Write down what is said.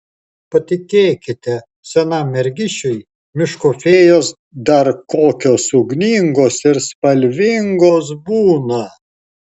patikėkite senam mergišiui miško fėjos dar kokios ugningos ir spalvingos būna